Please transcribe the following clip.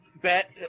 bet